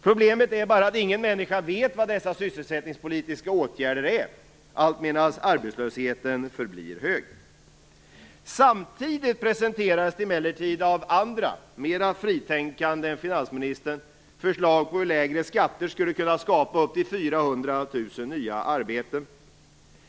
Problemet är bara att ingen människa vet vad dessa sysselsättningspolitiska åtgärder är, allt medan arbetslösheten förblir hög. Samtidigt presenterar emellertid andra, mer fritänkande personer än finansministern förslag på hur lägre skatter skulle kunna skapa upp till 400 000 nya arbeten.